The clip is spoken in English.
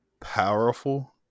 powerful